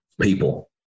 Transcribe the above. people